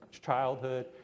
childhood